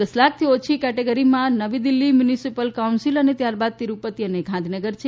દસ લાખથી ઓછી કેટેગરીમાં નવી દિલ્હી મ્યુનિસિપલ કાઉન્સિલ અને ત્યારબાદ તિરૂપતિ અને ગાંધીનગર છે